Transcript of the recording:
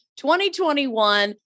2021